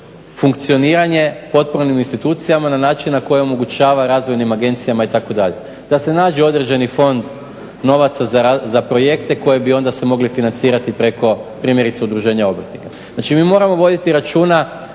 funkcioniranje potpornim institucijama na način na koji omogućava razvojnim agencijama itd., da se nađe određeni fond novaca za projekte koji bi onda se mogli financirati preko primjerice udruženja obrtnika. Znači mi moramo voditi računa